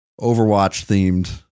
Overwatch-themed